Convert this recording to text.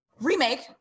Remake